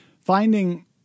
finding